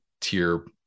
tier